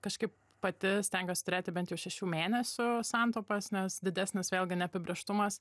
kažkaip pati stengiuos turėti bent jau šešių mėnesių santaupas nes didesnis vėlgi neapibrėžtumas